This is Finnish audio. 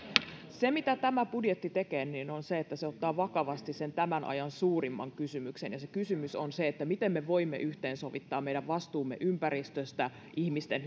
se mitä tämä budjetti tekee on se että se ottaa vakavasti tämän ajan suurimman kysymyksen ja se kysymys on miten me voimme yhteensovittaa meidän vastuumme ympäristöstä ihmisten